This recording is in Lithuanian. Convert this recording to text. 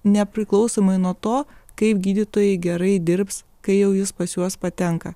nepriklausomai nuo to kaip gydytojai gerai dirbs kai jau jis pas juos patenka